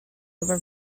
over